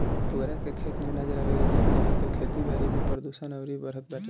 पुअरा के, खेत में ना जरावे के चाही नाही तअ खेती बारी में प्रदुषण अउरी बढ़त बाटे